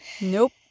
Nope